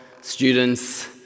students